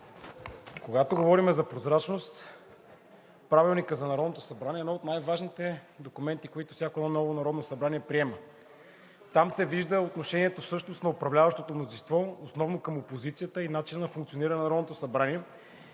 Когато говорим за прозрачност, Правилникът на Народното събрание е един от най-важните документи, които приема всяко едно ново Народно събрание. Там се вижда отношението всъщност на управляващото мнозинство основно към опозицията и начинът на функциониране на Народното събрание.